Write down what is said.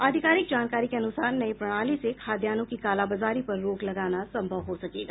आधिकारिक जानकारी के अनुसार नई प्रणाली से खाद्यान्नों की कालाबाजारी पर रोक लगाना संभव हो सकेगा